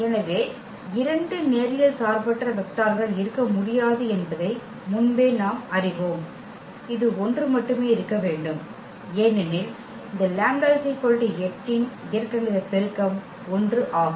எனவே இரண்டு நேரியல் சார்பற்ற வெக்டர்கள் இருக்க முடியாது என்பதை முன்பே நாம் அறிவோம் இது ஒன்று மட்டுமே இருக்க வேண்டும் ஏனெனில் இந்த λ 8 இன் இயற்கணித பெருக்கம் 1 ஆகும்